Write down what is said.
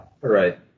Right